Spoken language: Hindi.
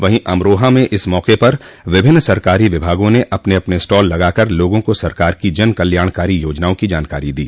वहीं अमरोहा में इस मौके पर विभिन्न सरकारी विभागों ने अपने अपने स्टॉल लगाकर लोगों को सरकार की जन कल्याणकारी योजनाओं की जानकारी दी